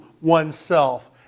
oneself